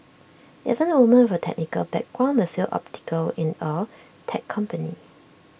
even women with technical background may feel atypical in A tech company